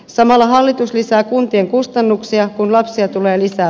samalla hallitus lisää kuntien kustannuksia kun asia tulee lisää